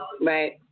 right